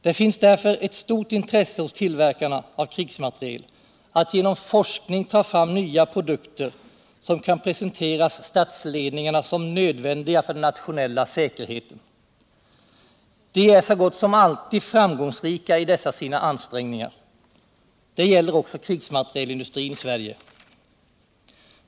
Det finns därför ett stort intresse hos tillverkarna av krigsmateriel att genom forskning ta fram nya produkter som kan presenteras statstedningarna som nödvändiga för den nationella säkerheten. De är så gott som alltid framgångsrika i dessa sina ansträngningar. Det gäller också krigsmaterielindustrin i Sverige.